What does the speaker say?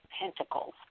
Pentacles